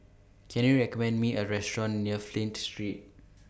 Can YOU recommend Me A Restaurant near Flint Street